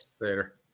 later